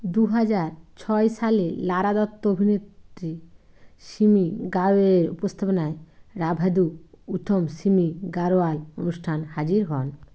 দু হাজার ছয় সালে লারা দত্ত অভিনেত্রী সিমি গারওয়ের উপস্থাপনায় রাঁভেদু উথম সিমি গারওয়াল অনুষ্ঠান হাজির হন